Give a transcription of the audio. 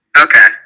Okay